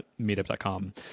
meetup.com